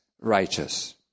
righteous